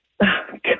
God